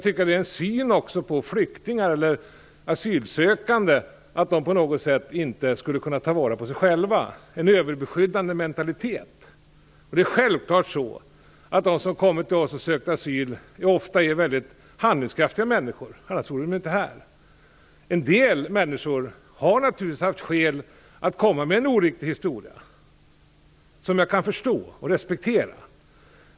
Detta visar också att man har en syn på asylsökande som innebär att de inte kan ta vara på sig själva - en överbeskyddande mentalitet. De som kommer till Sverige och söker asyl är ofta mycket handlingskraftiga människor, annars vore de inte här. En del människor har naturligtvis haft skäl att komma med en oriktig historia. Det kan jag förstå och respektera.